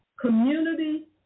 community